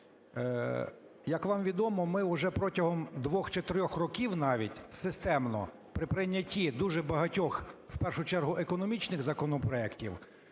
Як вам відомо, ми вже протягом 2-4 років навіть системно при прийнятті дуже багатьох, в першу чергу економічних законопроектів,